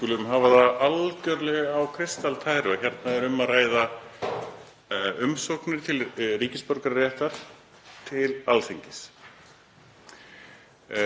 Við skulum hafa það algjörlega á kristaltæru að hér er um að ræða umsóknir um ríkisborgararétt til Alþingis.